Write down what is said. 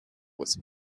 was